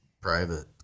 private